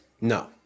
No